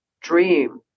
dream